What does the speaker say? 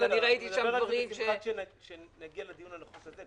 אבל אני ראיתי שם דברים ש --- נדבר על זה כשתקבעו דיון על החוק הזה.